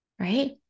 right